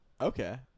Okay